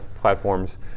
platforms